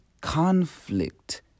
conflict